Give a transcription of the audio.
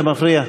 זה מפריע.